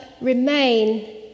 remain